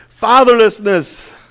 Fatherlessness